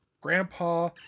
grandpa